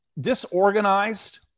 disorganized